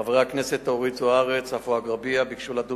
חברי הכנסת אורית זוארץ ועפו אגבאריה, ביקשו לדון